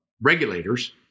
regulators